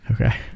Okay